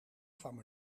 kwam